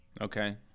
Okay